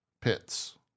pits